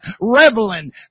reveling